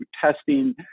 testing